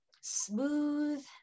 smooth